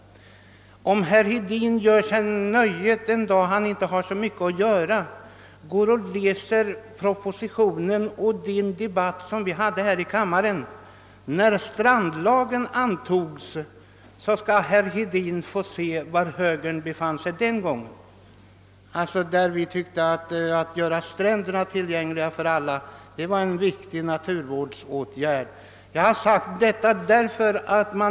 Om herr Hedin någon dag när han inte har så mycket att göra vill roa sig med att läsa propositionen om den nu gällande strandlagen och den debatt som fördes om denna proposition här i kammaren, skall herr Hedin bli varse var högern den gången stod. Vi på socialdemokratiskt håll tyckte då att det var en viktig naturvårdsåtgärd att göra stränderna tillgängliga för alla.